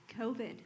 COVID